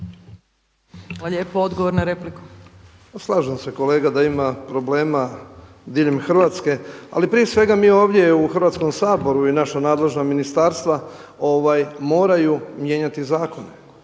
**Lucić, Franjo (HDZ)** Slažem se kolega da ima problema diljem Hrvatske, ali prije svega mi ovdje u Hrvatskom saboru i naša nadležna ministarstva moraju mijenjati zakone.